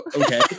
okay